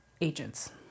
agents